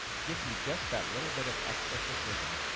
it gives you just that little bit of extra precision.